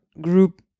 group